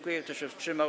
Kto się wstrzymał?